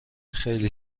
خیلی